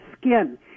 skin